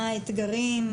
מה האתגרים,